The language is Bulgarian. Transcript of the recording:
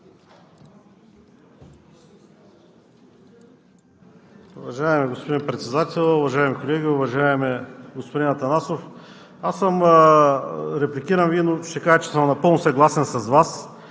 Уважаеми господин Председател, уважаеми колеги! Уважаеми господин Атанасов, репликирам Ви, но ще кажа, че съм напълно съгласен с Вас.